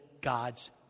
God's